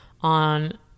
on